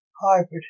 hybrid